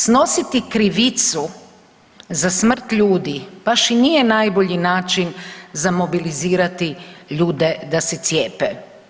Snositi krivicu za smrt ljudi baš i nije najbolji način za mobilizirati ljude da se cijepe.